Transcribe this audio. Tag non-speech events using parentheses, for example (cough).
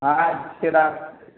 ہاں ہاں (unintelligible)